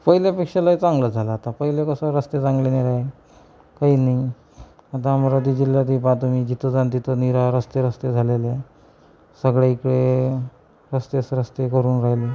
पहिल्यापेक्षा लई चांगलं झालं आता पहिले कसं रस्ते चांगले नाही राहे काही नाही आता अमरावती जिल्ह्यातही पाहतो मी जिथं जाल तिथं निऱ्हा रस्ते रस्ते झालेले आहे सगळ्या इकडे रस्तेच रस्ते करून राहिले